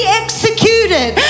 executed